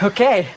Okay